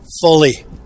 fully